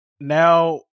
Now